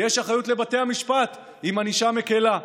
יש אחריות לבתי המשפט עם ענישה מקילה.